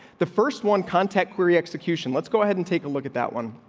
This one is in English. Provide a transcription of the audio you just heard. the first one contact query, execution. let's go ahead and take a look at that one.